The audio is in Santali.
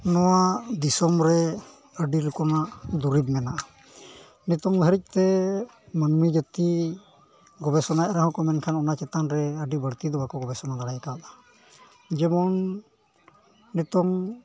ᱱᱚᱣᱟ ᱫᱤᱥᱚᱢ ᱨᱮ ᱟᱹᱰᱤ ᱨᱚᱠᱚᱢᱟᱜ ᱫᱚᱨᱤᱵ ᱢᱮᱱᱟᱜᱼᱟ ᱱᱤᱛᱚᱝ ᱫᱷᱟᱹᱨᱤᱡᱛᱮ ᱢᱟᱹᱱᱢᱤ ᱡᱟᱹᱛᱤ ᱜᱚᱵᱮᱥᱚᱱᱟᱭ ᱨᱮᱦᱚᱸ ᱠᱚ ᱢᱮᱱᱠᱷᱟᱱ ᱚᱱᱟ ᱪᱮᱛᱟᱱ ᱟᱹᱰᱤ ᱵᱟᱹᱲᱛᱤ ᱫᱚ ᱵᱟᱠᱚ ᱜᱚᱵᱮᱥᱚᱱᱟ ᱫᱟᱲᱮ ᱠᱟᱣᱫᱟ ᱡᱮᱢᱚᱱ ᱱᱤᱛᱚᱜ